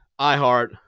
iHeart